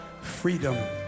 freedom